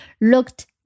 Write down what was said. looked